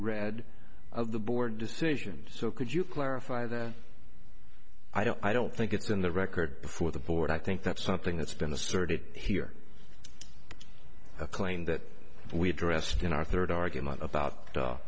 read of the board decision so could you clarify that i don't i don't think it's in the record before the board i think that's something that's been the sorted here a claim that we addressed in our third argument about